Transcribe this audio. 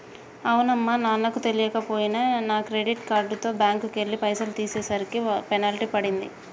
అవునమ్మా నాకు తెలియక పోయే నాను క్రెడిట్ కార్డుతో బ్యాంకుకెళ్లి పైసలు తీసేసరికి పెనాల్టీ పడింది